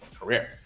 career